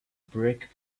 brake